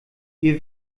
wir